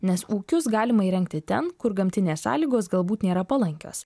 nes ūkius galima įrengti ten kur gamtinės sąlygos galbūt nėra palankios